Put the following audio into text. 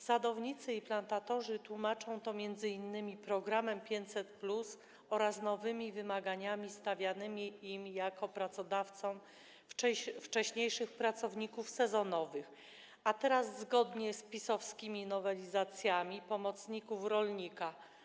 Sadownicy i plantatorzy tłumaczą to m.in. programem 500+ oraz nowymi wymaganiami stawianymi im jako pracodawcom wcześniejszych pracowników sezonowych, a teraz - zgodnie z PiS-owskimi nowelizacjami - pomocników rolnika.